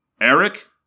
Eric